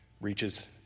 Reaches